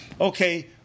Okay